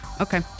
Okay